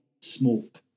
smoke